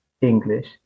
english